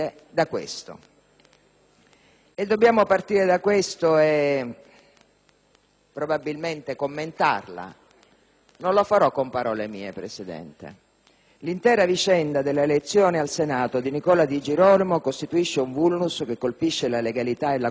Dobbiamo partire da questo e, probabilmente, commentarlo. Non lo farò con parole mie, Presidente: «l'intera vicenda dell'elezione al Senato di Nicola Di Girolamo costituisce un *vulnus* che colpisce la legalità e la costruzione istituzionale